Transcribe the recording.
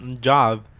job